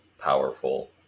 powerful